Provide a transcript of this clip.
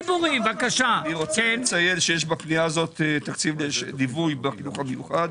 יש בפנייה הזאת תקציב ליווי בחינוך המיוחד.